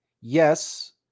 yes